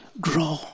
grow